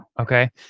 okay